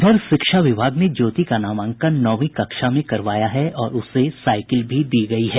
इधर शिक्षा विभाग ने ज्योति का नामांकन नौवीं कक्षा में करवाया है और उसे साईकिल भी दी गयी है